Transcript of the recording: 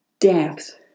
depth